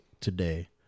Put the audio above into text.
today